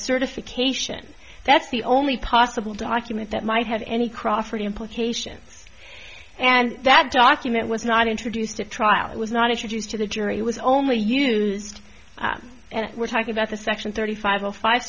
certification that's the only possible document that might have any crawford implications and that document was not introduced at trial it was not introduced to the jury it was only used and we're talking about the section thirty five zero five